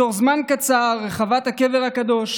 בתוך זמן קצר התמלאה רחבת הקבר הקדוש